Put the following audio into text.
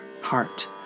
heart